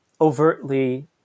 overtly